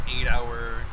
eight-hour